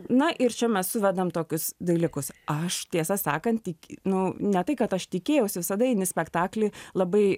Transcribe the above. na ir čia mes suvedam tokius dalykus aš tiesą sakant tik nu ne tai kad aš tikėjausi visada eini į spektaklį labai